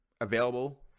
available